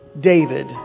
David